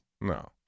No